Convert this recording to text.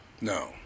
No